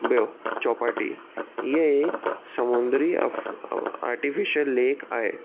ॿियो चौपाटी हीअ एक समुंद्री अफ़ आर्टिफ़िशल लेक आहे